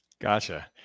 Gotcha